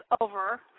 over